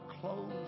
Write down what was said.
close